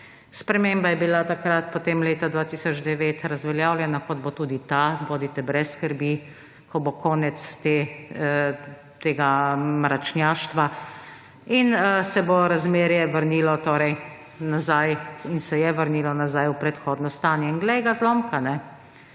Sprememba je bila takrat, potem leta 2009, razveljavljena, kot bo tudi ta, bodite brez skrbi, ko bo konec tega mračnjaštva in se bo razmerje vrnilo torej nazaj in se je vrnilo nazaj, v predhodno stanje in glej ga zlomka, pa